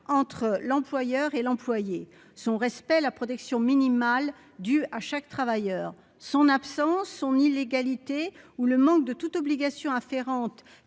entre l'employeur et l'employé son respect la protection minimale du à chaque travailleur son absence, son illégalité ou le manque de toutes obligations afférentes,